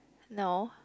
no